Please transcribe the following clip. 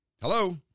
Hello